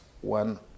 one